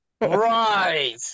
Right